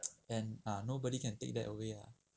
and ah nobody can take that away ah